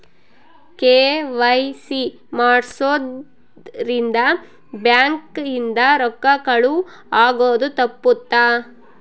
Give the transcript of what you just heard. KYC ಮಾಡ್ಸೊದ್ ರಿಂದ bank ಇಂದ ರೊಕ್ಕ ಕಳುವ್ ಆಗೋದು ತಪ್ಪುತ್ತ